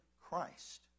Christ